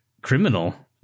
criminal